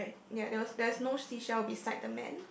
ya there was there's no sea shell beside the man